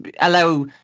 allow